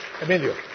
Emilio